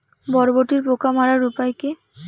বরবটির পোকা মারার উপায় কি?